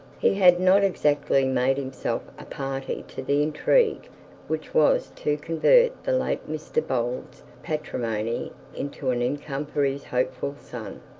he had not exactly made himself a party to the intrigue which was to convert the late mr bold's patrimony into an income for his hopeful son,